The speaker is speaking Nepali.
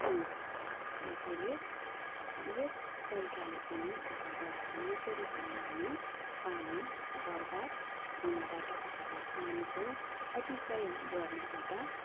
हुन्छ यसैले यस तरिकाले पनि अथवा यसरी पनि हामी पानी बर्बाद हुनबाट अथवा पानीको अतिप्रयोग गर्नबाट